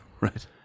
Right